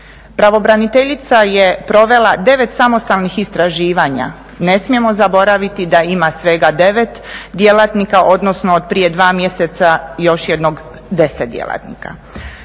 Pravobraniteljica je provela devet samostalnih istraživanja. Ne smijemo zaboraviti da ima svega devet djelatnika, odnosno od prije dva mjeseca još jednog, deset djelatnika.